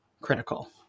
critical